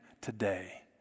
today